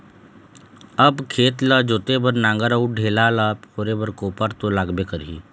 अब खेत ल जोते बर नांगर अउ ढेला ल फोरे बर कोपर तो लागबे करही